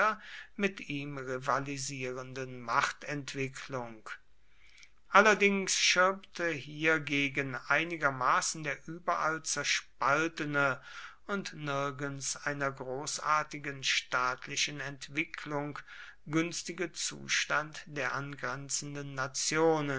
mit ihm rivalisierenden machtentwicklung allerdings schirmte hiergegen einigermaßen der überall zerspaltene und nirgends einer großartigen staatlichen entwicklung günstige zustand der angrenzenden nationen